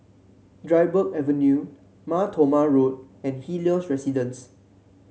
Dryburgh Avenue Mar Thoma Road and Helios Residences